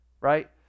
right